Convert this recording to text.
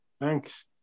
thanks